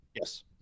Yes